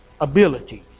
abilities